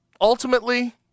ultimately